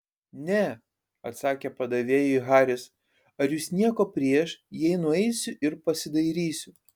ne atsakė padavėjui haris ar jūs nieko prieš jei nueisiu ir pasidairysiu